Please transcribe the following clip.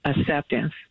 acceptance